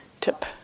tip